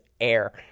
air